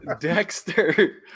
Dexter